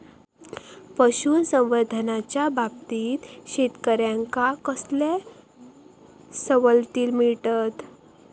पशुसंवर्धनाच्याबाबतीत शेतकऱ्यांका कसले सवलती मिळतत?